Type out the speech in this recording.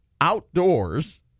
outdoors